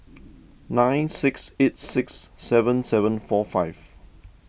nine six eights six seven seven four five